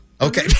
okay